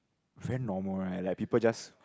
very normal right like people just